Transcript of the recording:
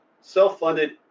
self-funded